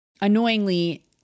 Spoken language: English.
Annoyingly